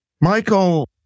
Michael